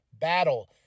battle